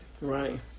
Right